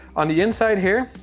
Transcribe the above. on the inside here,